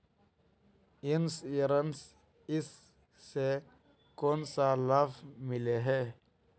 Insurance इस से कोन सा लाभ मिले है?